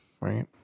right